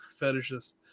fetishist